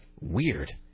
Weird